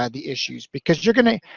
ah the issues because you're gonna,